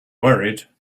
worried